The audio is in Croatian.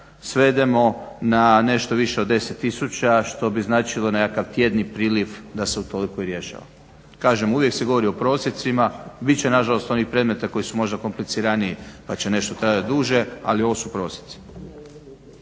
svedemo na nešto više od 10 tisuća što bi značilo nekakav tjedni priljev da se utoliko i rješava. Kažem uvijek se govori i o prosjecima. Bit će nažalost onih predmeta koji su možda kompliciraniji pa će nešto trajat duže ali ovo su prosjeci.